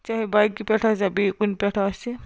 چاہے بایکہِ پٮ۪ٹھ آسہِ یا بیٚیہِ کُنہِ پٮ۪ٹھ آسہِ